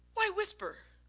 why whisper,